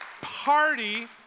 party